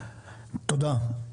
תודה.